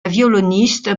violoniste